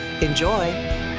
enjoy